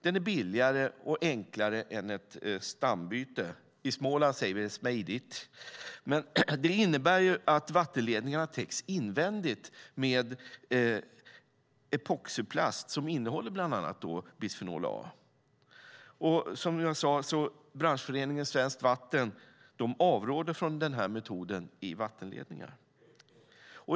Den är billigare och enklare än ett stambyte. I Småland säger vi att det är "smejdit". Det innebär att vattenledningarna täcks invändigt med epoxyplast som innehåller bland annat bisfenol A. Som jag sade avråder branschföreningen Svenskt Vatten från den metoden i vattenledningar.